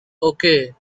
okay